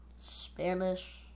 Spanish